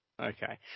okay